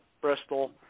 Bristol